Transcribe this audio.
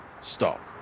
Stop